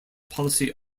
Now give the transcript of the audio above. policy